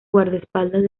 guardaespaldas